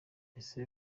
ese